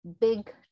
big